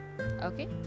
okay